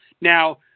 Now